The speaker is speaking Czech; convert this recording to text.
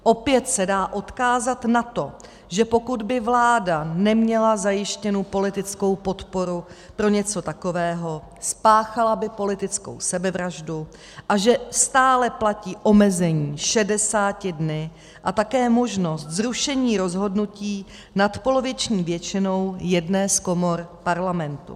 Opět se dá odkázat na to, že pokud by vláda neměla zajištěnu politickou podporu pro něco takového, spáchala by politickou sebevraždu, a že stále platí omezení 60 dny a také možnost zrušení rozhodnutí nadpoloviční většinou jedné z komor Parlamentu.